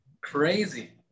crazy